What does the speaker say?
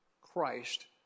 Christ